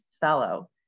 fellow